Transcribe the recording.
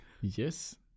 Yes